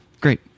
Great